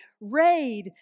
raid